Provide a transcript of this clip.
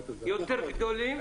יותר גדולים,